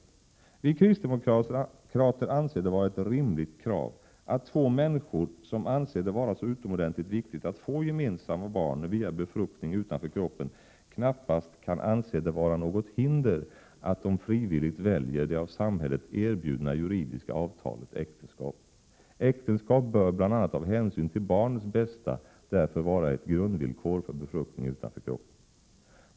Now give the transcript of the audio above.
Vi kristdemokrater anser det vara ett rimligt krav att två människor, som anser det vara så utomordentligt viktigt att få gemensamma barn via befruktning utanför kroppen, inte skall behöva anse det vara något hinder att ingå det av samhället erbjudna juridiska avtalet äktenskap. Äktenskap bör, bl.a. av hänsyn till barnets bästa, därför vara ett grundvillkor för befruktning utanför kroppen.